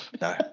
No